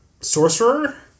Sorcerer